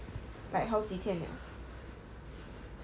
like 好几天